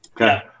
okay